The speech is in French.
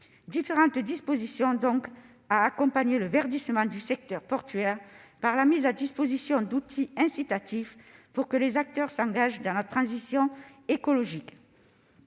Différentes dispositions visent donc à accompagner le verdissement du secteur portuaire par la mise à disposition d'outils incitatifs pour que les acteurs s'engagent dans la transition écologique.